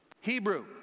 Hebrew